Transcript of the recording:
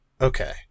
Okay